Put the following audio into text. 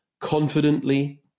Confidently